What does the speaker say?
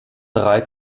drei